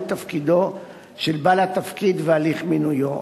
תפקידו של בעל התפקיד והליך מינויו.